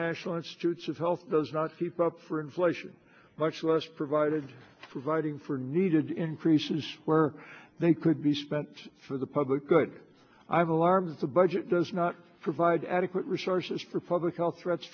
national institutes of health those not keep up for inflation much less provided providing for needed increases where they could be spent for the public good i've alarms the budget does not provide adequate resources for public health threats